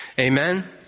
Amen